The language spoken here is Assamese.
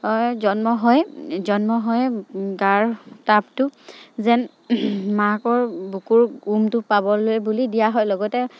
জন্ম হয় জন্ম হৈ গাৰ তাপটো যেন মাকৰ বুকুৰ ওমটো পাবলৈ বুলি দিয়া হয় লগতে